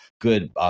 good